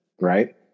right